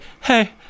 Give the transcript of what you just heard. Hey